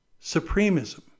supremism